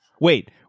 Wait